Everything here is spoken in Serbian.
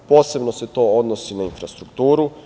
Posebno se to odnosi na infrastrukturu.